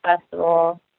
Festival